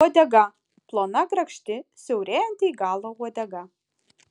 uodega plona grakšti siaurėjanti į galą uodega